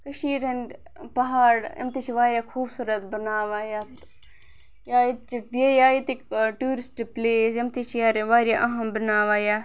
کٔشیٖرِ ہِنٛدۍ پَہاڑ یِم تہِ چھِ واریاہ خوٗبصوٗرت بَناوان یَتھ یا ییٚتہِ چہِ یا ییٚتِکۍ ٹیوٗرِسٹ پٕلیس یِم تہِ چھِ واریاہ اہم بَناوان یَتھ